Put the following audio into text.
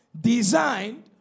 designed